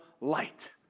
light